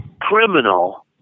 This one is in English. criminal